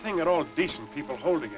think it all decent people holding